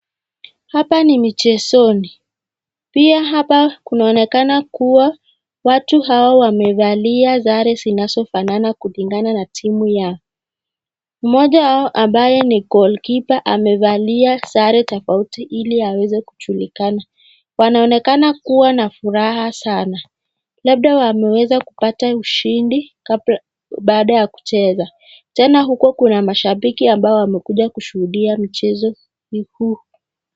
Hapa ni mchezoni. Pia hapa kunaonekana kuwa watu hawa wamevalia sare zinazofanana kulingana na timu yao. Mmoja wao ambaye ni goalkeeper amevaa sare tofauti ili aweze kujulikana. Wanaonekana kuwa na furaha sana. Labda wameweza kupata ushindi baada ya kucheza. Tena huko kuna mashabiki ambao wamekuja kushuhudia mchezo huu.